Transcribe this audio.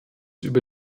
über